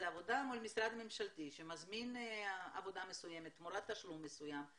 זה עבודה מול משרד ממשלתי שמזמין עבודה מסוימת תמורת תשלום מסוים,